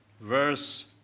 verse